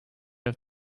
have